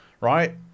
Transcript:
right